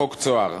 חוק "צהר",